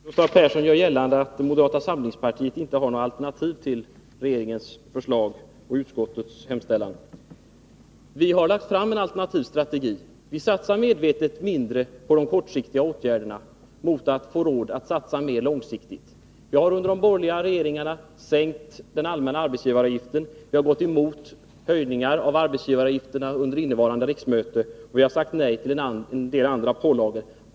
Herr talman! Gustav Persson gör gällande att moderata samlingspartiet inte har något alternativ till regeringens förslag och utskottets hemställan. Vi har lagt fram en alternativ strategi. Vi satsar medvetet mindre på de kortsiktiga åtgärderna för att få råd att satsa mer långsiktigt. Under de borgerliga regeringarna har den allmänna arbetsgivaravgiften sänkts, vi har gått emot höjningar av arbetsgivaravgifterna under innevarande riksmöte, och vi har sagt nej till en del andra pålagor.